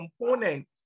component